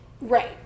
right